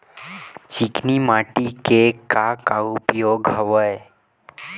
चिकनी माटी के का का उपयोग हवय?